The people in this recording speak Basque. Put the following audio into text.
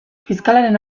fiskalaren